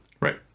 Right